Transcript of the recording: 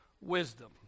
wisdom